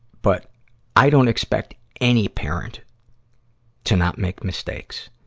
but i don't expect any parent to not make mistakes.